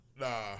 nah